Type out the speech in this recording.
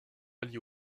allié